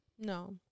No